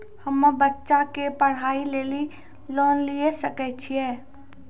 हम्मे बच्चा के पढ़ाई लेली लोन लिये सकय छियै?